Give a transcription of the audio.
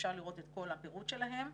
אפשר לראות את הפירוט שלהן.